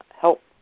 Help